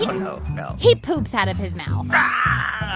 no, no, no he poops out of his mouth um ah